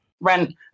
rent